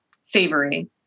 Savory